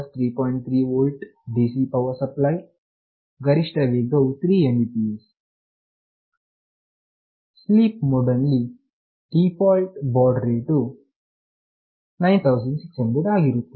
3 volt DC power supply ಗರಿಷ್ಟ ವೇಗವು 3Mbps sleep mode ನಲ್ಲಿ ಡಿಫಾಲ್ಟ್ಸಾಮಾನ್ಯವಾಗಿ ಬಾಡ್ರೇಟ್ ವು 9600 ಆಗಿರುತ್ತದೆ